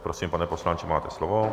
Prosím, pane poslanče, máte slovo.